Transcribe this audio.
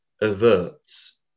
averts